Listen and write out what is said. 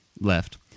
left